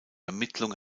ermittlung